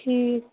ٹھیٖک